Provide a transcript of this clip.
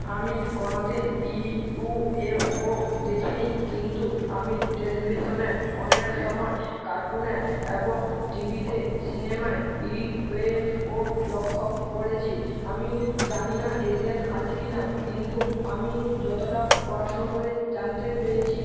আমি কোনো দিন ইউএফও দেখি নি কিন্তু আমি টেলিভিশনে অনেক সময় কার্টুনে এবং টিভিতে সিনেমায় ইউএফও লক্ষ্য করেছি আমি জানি না এলিয়ান আছে কি না কিন্তু আমি যতোটা পড়াশুনো করে জানতে পেরেছি